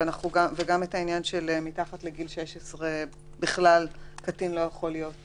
וגם נוסיף את העניין שקטין מתחת לגיל 16 לא יוכל להיות